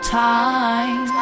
time